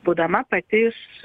būdama pati iš